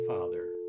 Father